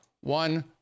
one